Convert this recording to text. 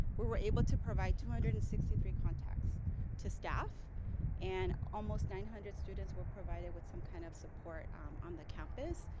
were were able to provide two hundred and sixty three contacts to staff and almost nine hundred students were provided with some kind of support on the campus.